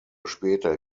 später